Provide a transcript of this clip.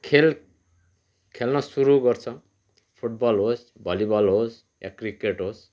खेल खेल्न सुरु गर्छ फुटबल होस् भलिबल होस् या क्रिकेट होस्